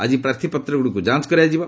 ଆଜି ପ୍ରାଥପତ୍ରଗୁଡିକୁ ଯାଞ୍ଚ କରାଯିବ